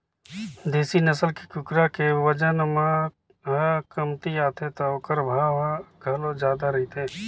देसी नसल के कुकरा के बजन ह कमती आथे त ओखर भाव ह घलोक जादा रहिथे